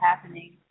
happening